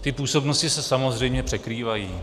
Ty působnosti se samozřejmě překrývají.